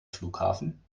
flughafen